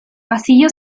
pasillo